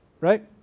right